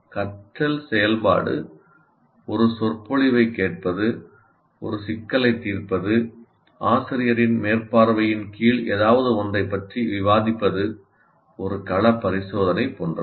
கற்றல் செயல்பாடு ஒரு சொற்பொழிவைக் கேட்பது ஒரு சிக்கலைத் தீர்ப்பது ஆசிரியரின் மேற்பார்வையின் கீழ் ஏதாவது ஒன்றைப் பற்றி விவாதிப்பது ஒரு கள பரிசோதனை போன்றவை